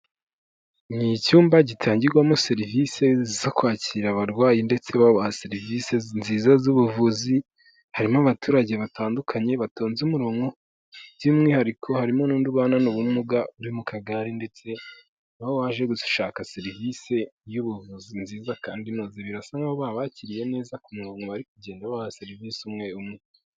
Ni icyumba gitangirwamo serivisi zo kwakira abarwayi ndetse baha serivisi nziza z'ubuvuzi, harimo abaturage batandukanye batonze umurongo, by'umwihariko harimo n'undi ubana n'ubumuga, uri mu kagari ndetse waje gushaka serivisi y'ubuvuzi nziza kandi inoze, birasa nk'aho babakiriye neza ku murongo bari kugenderaho babaha serivisi umwe umwe.